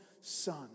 son